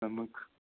നമുക്ക്